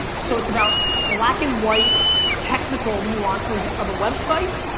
so it's about black and white technical nuances of a website.